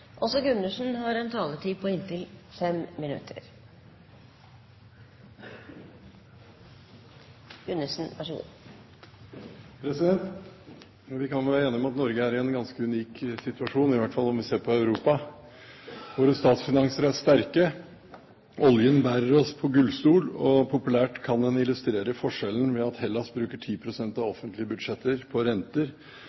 i en ganske unik situasjon, i hvert fall om vi ser på Europa. Våre statsfinanser er sterke, oljen bærer oss på gullstol, og populært kan en illustrere forskjellen ved å vise til at Hellas bruker 10 pst. av